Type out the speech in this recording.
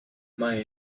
may